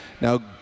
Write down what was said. Now